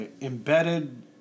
embedded